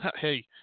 hey